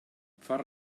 far